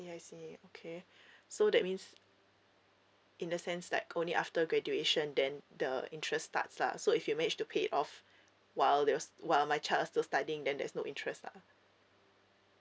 I see I see okay so that means in the sense like only after graduation then the interest starts lah so if you manage to pay off while there's while my child's still studying then there's no interest lah